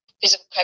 physical